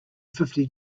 fifty